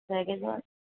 ডেৰ কেজিমান